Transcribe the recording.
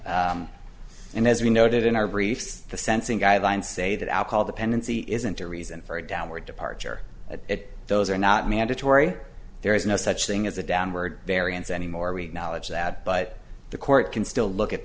aid and as we noted in our briefs the sensing guidelines say that alcohol dependency isn't a reason for a downward departure it those are not mandatory there is no such thing as a downward variance anymore we knowledge that but the court can still look at